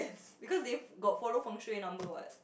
because they got follow fengshui number [what]